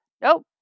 nope